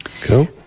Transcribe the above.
cool